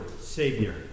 savior